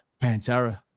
pantera